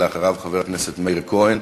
אחריו, חבר הכנסת מאיר כהן.